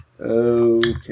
Okay